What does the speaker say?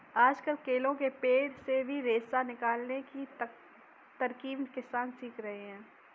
आजकल केला के पेड़ से भी रेशा निकालने की तरकीब किसान सीख रहे हैं